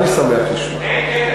אני שמח לשמוע.